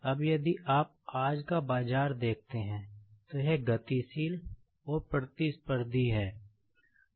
अब यदि आप आज का बाजार को देखते हैं तो यह गतिशील और प्रतिस्पर्धी है